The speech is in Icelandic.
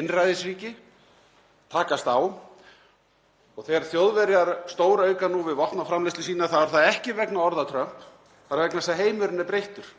einræðisríki takast á. Og þegar Þjóðverjar stórauka nú við vopnaframleiðslu sína er það ekki vegna orða Trumps, það er vegna þess að heimurinn er breyttur.